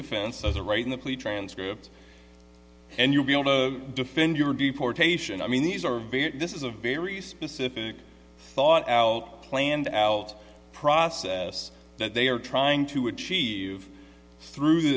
defense as a write in the plea transcripts and you'll be able to defend your deportation i mean these are very this is a very specific thought out planned out process that they are trying to achieve through